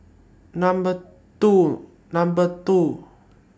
Number two Number two